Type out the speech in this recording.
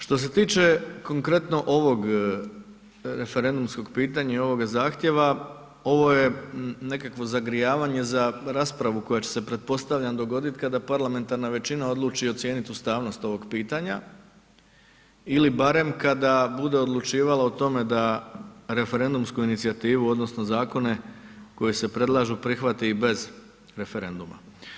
Što se tiče konkretno ovog referendumskog pitanja i ovoga zahtjeva, ovo je nekakvo zagrijavanje za raspravu koja će se pretpostavljam dogoditi kada parlamentarna većina odluči ocijenit ustavnost ovog pitanja ili barem kada bude odlučivala o tome da referendumsku inicijativu odnosno zakone koji se predlažu prihvati i bez referenduma.